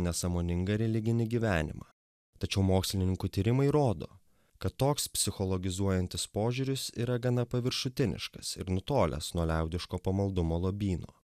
nesąmoningą religinį gyvenimą tačiau mokslininkų tyrimai rodo kad toks psichologizuojantis požiūris yra gana paviršutiniškas ir nutolęs nuo liaudiško pamaldumo lobyno